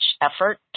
effort